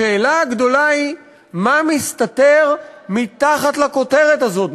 השאלה הגדולה היא מה מסתתר מתחת לכותרת הזאת,